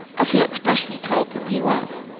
as he expressly told them he was